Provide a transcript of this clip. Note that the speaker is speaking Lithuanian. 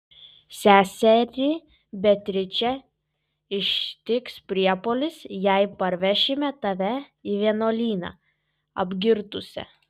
seserį beatričę ištiks priepuolis jei parvešime tave į vienuolyną apgirtusią